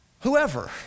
Whoever